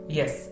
Yes